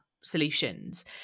solutions